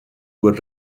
were